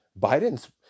Biden's